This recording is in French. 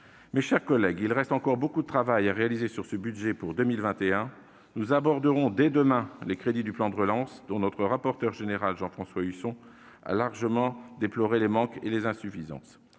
Mes chers collègues, il reste encore beaucoup de travail à réaliser pour ce budget pour 2021. Dès demain, nous aborderons les crédits du plan de relance dont notre rapporteur général, Jean-François Husson, a largement déploré les manques et les insuffisances.